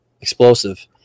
explosive